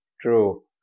True